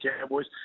Cowboys